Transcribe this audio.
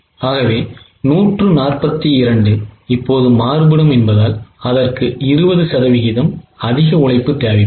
எனவே 142 இப்போது மாறுபடும் என்பதால் அதற்கு 20 சதவீதம் அதிக உழைப்பு தேவைப்படும்